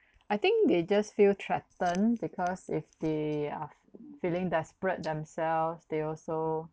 I think they just feel threatened because if they are feeling desperate themselves they also